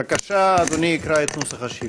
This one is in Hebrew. בבקשה, אדוני יקרא את נוסח השאילתה.